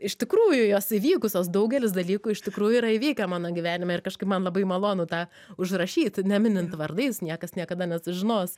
iš tikrųjų jos įvykusios daugelis dalykų iš tikrųjų yra įvykę mano gyvenime ir kažkaip man labai malonu tą užrašyt neminint vardais niekas niekada nesužinos